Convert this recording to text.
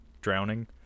drowning